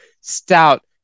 stout